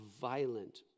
violent